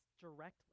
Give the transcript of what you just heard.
directly